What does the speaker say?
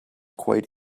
quite